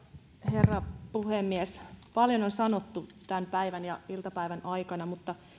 herra puhemies paljon on sanottu tämän päivän ja iltapäivän aikana mutta